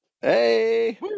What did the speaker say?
Hey